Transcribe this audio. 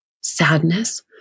sadness